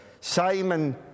Simon